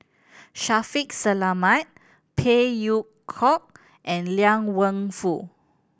Shaffiq Selamat Phey Yew Kok and Liang Wenfu